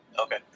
Okay